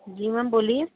جی میم بولٮٔے